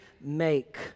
make